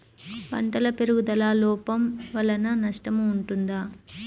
పంటల పెరుగుదల లోపం వలన నష్టము ఉంటుందా?